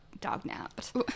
dog-napped